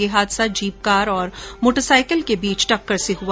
यह हादसा jeep car और मोटरसाईकिल के बीच टक्कर से हआ